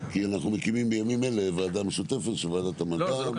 כי אנחנו מקימים בימים אלה ועדה משותפת של ועדת המדע --- לא,